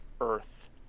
earth